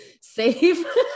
safe